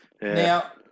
Now